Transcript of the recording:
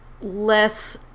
less